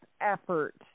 effort